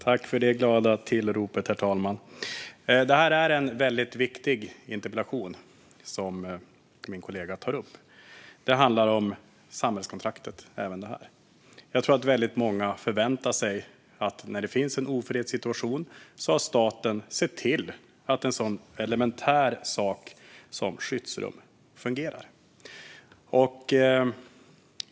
Herr talman! Det är en väldigt viktig interpellation som min kollega har ställt. Även detta handlar om samhällskontraktet. Jag tror att väldigt många förväntar sig att när det finns en ofredssituation har staten sett till att en sådan elementär sak som skyddsrum fungerar.